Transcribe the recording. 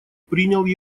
принял